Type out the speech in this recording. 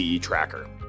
tracker